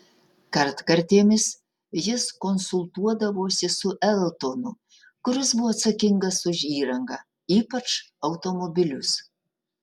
kartkartėmis jis konsultuodavosi su eltonu kuris buvo atsakingas už įrangą ypač automobilius